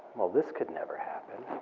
well, this could never happen.